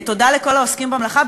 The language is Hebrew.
תודה לכל העוסקים במלאכה,